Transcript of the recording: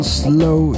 slow